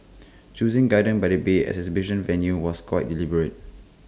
choosing gardens by the bay as the exhibition venue was quite deliberate